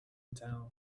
town